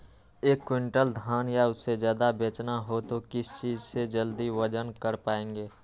एक क्विंटल धान या उससे ज्यादा बेचना हो तो किस चीज से जल्दी वजन कर पायेंगे?